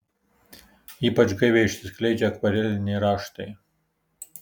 ypač gaiviai išsiskleidžia akvareliniai raštai